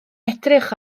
edrych